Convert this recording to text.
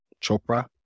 Chopra